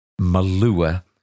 Malua